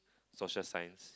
social science